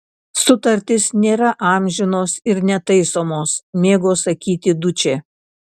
sutartys nėra amžinos ir netaisomos mėgo sakyti dučė